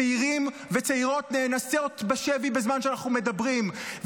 צעירים וצעירות נאנסים בשבי בזמן שאנחנו מדברים.